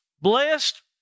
Blessed